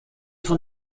von